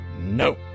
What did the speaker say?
No